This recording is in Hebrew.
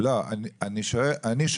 לא, אני שואל.